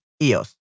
iOS